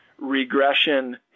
regression